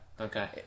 Okay